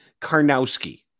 Karnowski